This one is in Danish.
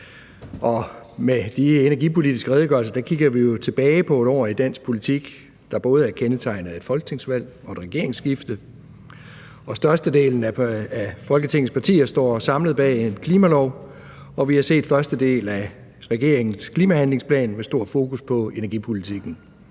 Med den energipolitiske redegørelse kigger vi jo tilbage på et år i dansk politik, der både er kendetegnet af et folketingsvalg og et regeringsskifte, og størstedelen af Folketingets partier står samlet bag en klimalov, og vi har set første del af regeringens klimahandlingsplan med stort fokus på energipolitikken.